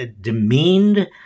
demeaned